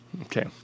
Okay